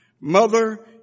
Mother